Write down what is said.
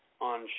on